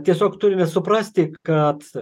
tiesiog turime suprasti kad